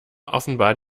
offenbar